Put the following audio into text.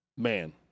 Man